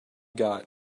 got